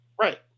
Right